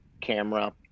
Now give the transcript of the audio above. camera